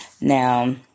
now